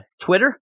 Twitter